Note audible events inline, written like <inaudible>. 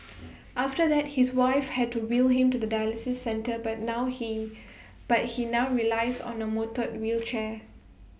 <noise> after that his wife had to wheel him to the dialysis centre but now he but he now relies on A motel wheelchair